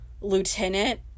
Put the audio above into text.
lieutenant